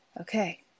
Okay